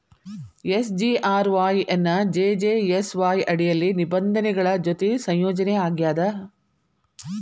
SGRY ಎನ್ನಾ JJSY ಅಡಿಯಲ್ಲಿ ನಿಬಂಧನೆಗಳ ಜೊತಿ ಸಂಯೋಜನಿ ಆಗ್ಯಾದ